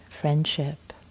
friendship